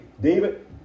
David